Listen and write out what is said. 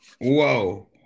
Whoa